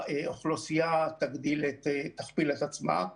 האוכלוסייה תכפיל את עצמה.